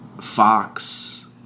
Fox